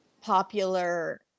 popular